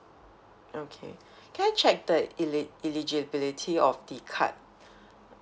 okay can I check the eli~ eligibility of the card